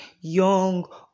young